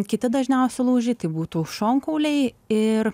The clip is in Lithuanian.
kiti dažniausi lūžiai tai būtų šonkauliai ir